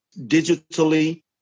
digitally